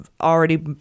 already